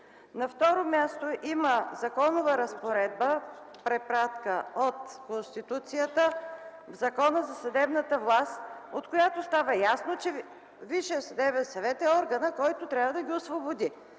На второ място, има законова разпоредба – препратка от Конституцията, в Закона за съдебната власт, от която става ясно, че Висшият съдебен съвет е органът, който трябва да ги освободи.